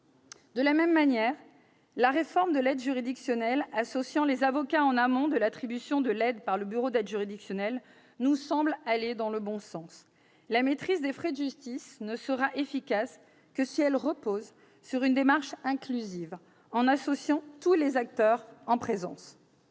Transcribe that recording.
De la même manière, la réforme de l'aide juridictionnelle associant les avocats en amont de l'attribution de l'aide par le bureau d'aide juridictionnelle nous semble aller dans le bon sens. La maîtrise des frais de justice ne sera efficace que si elle repose sur une démarche inclusive, en associant tous les acteurs en présence.